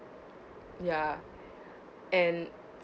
ya and